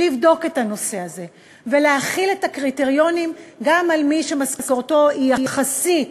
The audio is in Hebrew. לבדוק את הנושא הזה ולהחיל את הקריטריונים גם על מי שמשכורתו נחשבת